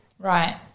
Right